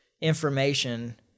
information